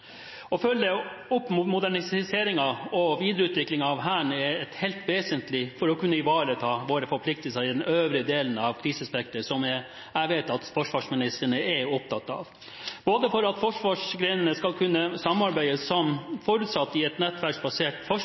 Å følge opp moderniseringen og videreutvikling av Hæren er helt vesentlig for å kunne ivareta våre forpliktelser i den øvre delen av krisespekteret, som jeg vet at forsvarsministeren er opptatt av, både for at forsvarsgrenene skal kunne samarbeide som forutsatt i et nettverksbasert